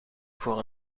voor